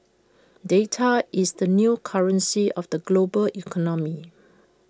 data is the new currency of the global economy